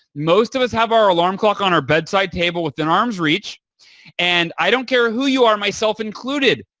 most does have our alarm clock on our bedside table within arm's reach and i don't care who you are, myself included.